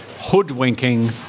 hoodwinking